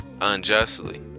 unjustly